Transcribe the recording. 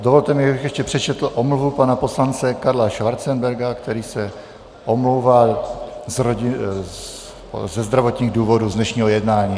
Dovolte mi, abych ještě přečetl omluvu pana poslance Karla Schwarzenberga, který se omlouvá ze zdravotních důvodů z dnešního jednání.